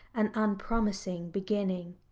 an unpromising beginning.